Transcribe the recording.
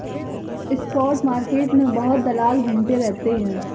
spot market में बहुत दलाल घूमते रहते हैं